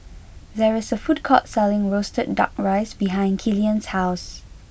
there is a food court selling Roasted Duck Rice behind Killian's house